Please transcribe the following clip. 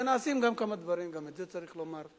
ונעשים גם כמה דברים, גם את זה צריך לומר,